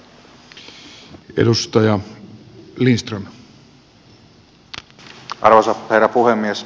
arvoisa herra puhemies